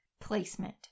placement